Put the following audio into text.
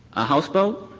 a houseboat